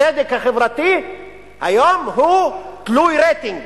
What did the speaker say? הצדק החברתי היום הוא תלוי רייטינג.